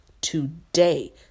today